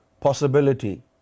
possibility